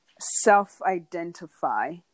self-identify